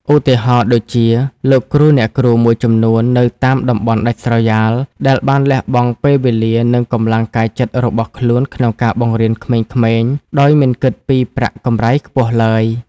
ឧទាហរណ៍ដូចជា លោកគ្រូអ្នកគ្រូមួយចំនួននៅតាមតំបន់ដាច់ស្រយាល ដែលបានលះបង់ពេលវេលា និងកម្លាំងកាយចិត្តរបស់ខ្លួនក្នុងការបង្រៀនក្មេងៗដោយមិនគិតពីប្រាក់កម្រៃខ្ពស់ឡើយ។